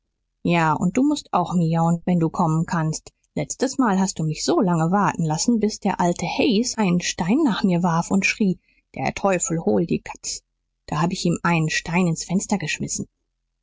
ja und du mußt auch miauen wenn du kommen kannst letztes mal hast du mich so lange warten lassen bis der alte hays einen stein nach mit warf und schrie der teufel hol die katz da hab ich ihm einen stein ins fenster geschmissen